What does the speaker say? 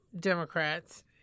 Democrats